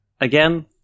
again